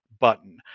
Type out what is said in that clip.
button